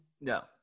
No